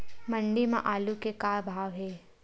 मंडी म आलू के का भाव हे?